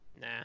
Nah